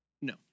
No